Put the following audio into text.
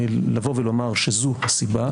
מלבוא ולומר שזו הסיבה,